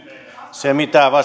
se mitä